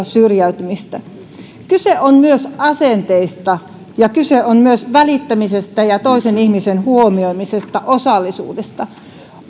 syrjäytymistä kyse on myös asenteista ja kyse on myös välittämisestä ja toisen ihmisen huomioimisesta osallisuudesta